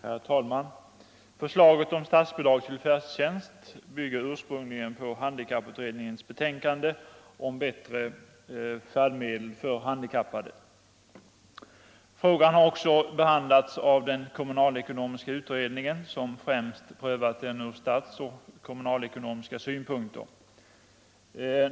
Herr talman! Förslaget om statsbidrag till färdtjänst bygger ursprungligen på handikapputredningens betänkande om bättre färdmedel för handikappade. Frågan har också behandlats av den kommunalekonomiska utredningen, som främst prövat den från statsoch kommunalekonomiska synpunkter.